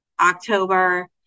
October